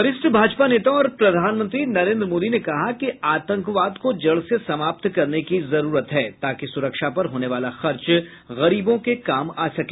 वरिष्ठ भाजपा नेता और प्रधानमंत्री नरेन्द्र मोदी ने कहा कि आतंकवाद को जड़ से समाप्त करने की जरूरत है ताकि सुरक्षा पर होने वाला खर्च गरीबों के काम आ सके